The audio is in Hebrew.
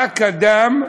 מה קדם להיום,